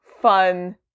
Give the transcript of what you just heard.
fun